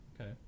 Okay